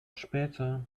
später